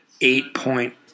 eight-point